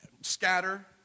scatter